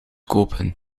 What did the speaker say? kopen